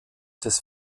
des